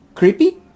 creepy